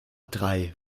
drei